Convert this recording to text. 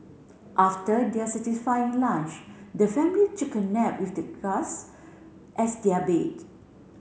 after their satisfying lunch the family took a nap with the grass as their bed